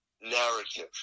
narrative